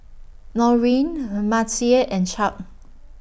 Norine Her Mattye and Chuck